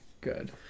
Good